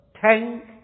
tank